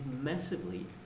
massively